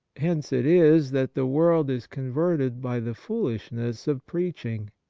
hence it is that the world is converted by the foolishness of preaching.